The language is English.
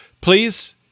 please